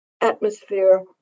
atmosphere